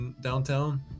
downtown